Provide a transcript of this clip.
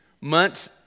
Months